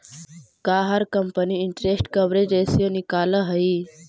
का हर company interest coverage ratio निकालअ हई